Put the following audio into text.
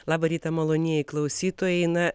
labą rytą malonieji klausytojai na